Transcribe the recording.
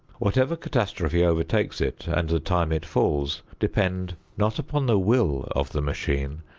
whatever catastrophe overtakes it and the time it falls depend not upon the will of the machine,